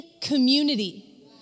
community